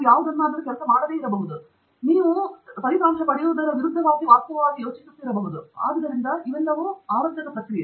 ಯಾವುದನ್ನಾದರೂ ಕೆಲಸ ಮಾಡದಿರಬಹುದು ಅಥವಾ ನೀವು ಪಡೆಯುವದರ ವಿರುದ್ಧವಾಗಿ ವಾಸ್ತವವಾಗಿ ಯೋಚಿಸಿರಬಹುದು ಮತ್ತು ಆ ಎಲ್ಲಾ ವಿಷಯಗಳು ಆದುದರಿಂದ ಆವರ್ತಕ ಪ್ರಕ್ರಿಯೆ